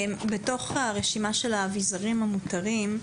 בתוך הרשימה של האביזרים המותרים,